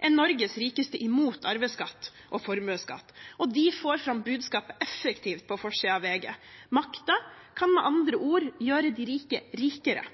er Norges rikeste imot arveskatt og formuesskatt, og de får fram budskapet effektivt på forsiden av VG. Makten kan med andre ord gjøre de rike rikere.